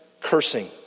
cursing